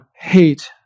hate